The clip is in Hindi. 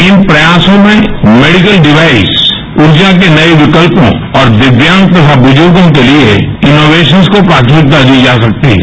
इन प्रयासों में मेडिकल डिवाइस ऊर्जा के नए विकल्पों और दिव्यांग तथा बुजुर्गों के लिए इनोवेशन्स को प्राथमिकता दी जा सकती है